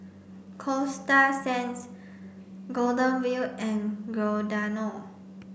Coasta Sands Golden Wheel and Giordano